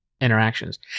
interactions